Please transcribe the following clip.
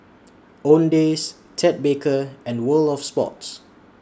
Owndays Ted Baker and World of Sports